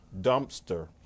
dumpster